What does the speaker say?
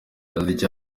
yagize